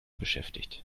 beschäftigt